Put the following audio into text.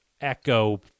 echo